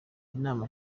inama